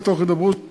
ותוך הידברות